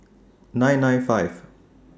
nine nine five